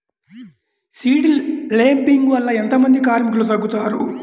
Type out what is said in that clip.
Seed లేంబింగ్ వల్ల ఎంత మంది కార్మికులు తగ్గుతారు?